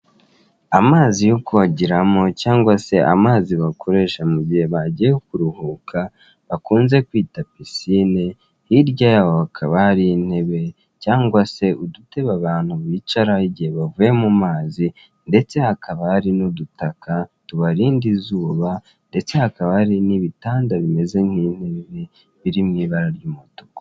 Amazi yo kogeramo cyangwa se amazi bakoresha mu gihe bagiye kuruhuka bakunze kwita pisine, hirya yaho hakaba hari intebe cyangwa se udutebe abantu bicaraho igihe bavuye mu mazi ndetse hakaba hari n'udutaka tubarinda izuba ndetse hakaba hari n'ibitanda bimeze nk'inte biri mu ibara ry'umutuku.